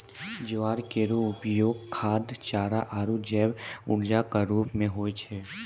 ज्वार केरो उपयोग खाद्य, चारा आरु जैव ऊर्जा क रूप म होय छै